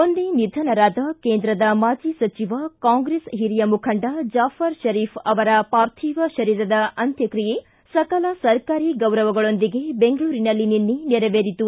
ಮೊನ್ನೆ ನಿಧನರಾದ ಕೇಂದ್ರದ ಮಾಜಿ ಸಚಿವ ಕಾಂಗ್ರೆಸ್ ಓರಿಯ ಮುಖಂಡ ಜಾಫರ್ ಷರೀಫ್ ಅವರ ಪಾರ್ಥಿವ ಶರೀರದ ಅಂತ್ಯಕ್ರಿಯೆ ಸಹ ಸಕಲ ಸರ್ಕಾರಿ ಗೌರವಗಳೊಂದಿಗೆ ಬೆಂಗಳೂರಿನಲ್ಲಿ ನಿನ್ನೆ ನೇರವೇರಿತು